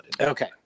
Okay